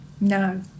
No